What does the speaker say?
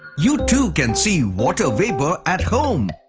you too can see water vapour at home!